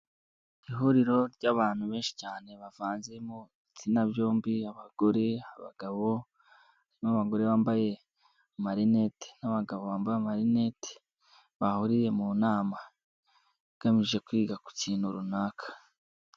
Ihuriro ry'abantu benshi cyane bavanze mu gitsina byombi, abagore, abagabo, harimo abagore bambaye amarinete n'abagabo bambaye amarinete, bahuriye mu nama igamije kwiga ku kintu runaka.